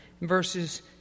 verses